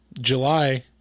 July